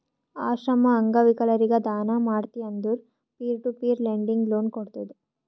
ಆಶ್ರಮ, ಅಂಗವಿಕಲರಿಗ ದಾನ ಮಾಡ್ತಿ ಅಂದುರ್ peer to peer lending loan ಕೋಡ್ತುದ್